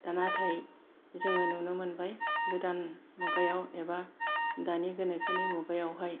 दा नाथाय जोङो नुनो मोनबाय गोदान मुगायाव एबा दानि गोनोखोनि मुगायावहाय